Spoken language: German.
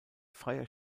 freier